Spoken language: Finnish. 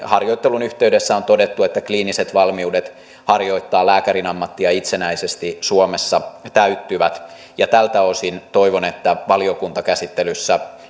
harjoittelun yhteydessä on todettu että kliiniset valmiudet harjoittaa lääkärin ammattia itsenäisesti suomessa täyttyvät ja tältä osin toivon että valiokuntakäsittelyssä